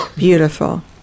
Beautiful